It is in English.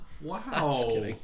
wow